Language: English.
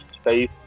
space